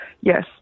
yes